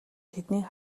тэднийг